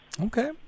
Okay